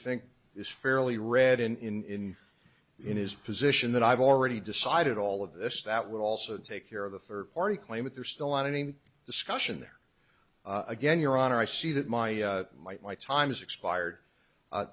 think it's fairly read in in his position that i've already decided all of this that would also take care of the third party claim if they're still on any discussion there again your honor i see that my my my time has expired